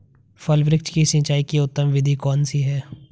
फल वृक्ष की सिंचाई की उत्तम विधि कौन सी है?